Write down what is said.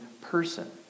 person